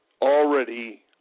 already